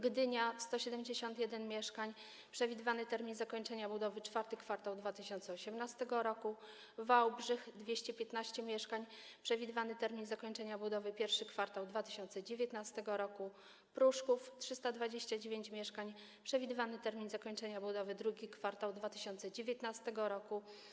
Gdynia - 171 mieszkań, przewidywany termin zakończenia budowy to IV kwartał 2018 r.; Wałbrzych - 215 mieszkań, przewidywany termin zakończenia budowy to I kwartał 2019 r.; Pruszków - 329 mieszkań, przewidywany termin zakończenia budowy to II kwartał 2019 r.